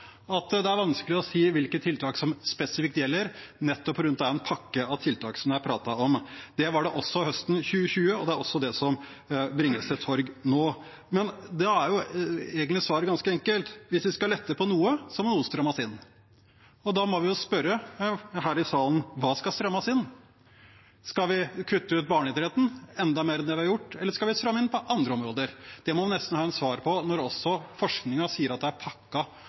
at det er vanskelig å si hvilke tiltak som spesifikt gjelder, nettopp på grunn av at det er en pakke med tiltak det er snakk om. Det var det også høsten 2020, og det er også det som bringes til torgs nå. Men da er svaret egentlig ganske enkelt: Hvis vi skal lette på noe, må noe strammes inn. Da må vi her i salen spørre oss hva som skal strammes inn. Skal vi kutte ut barneidretten enda mer enn det vi har gjort, eller skal vi stramme inn på andre områder? Det må vi nesten ha et svar på når også forskningen sier at det er